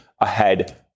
ahead